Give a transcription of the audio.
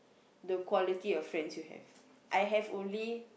the quality of friends you have I have only